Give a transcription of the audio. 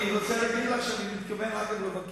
אני רוצה להגיד לך שאני מתכוון לבקר